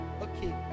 Okay